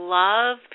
love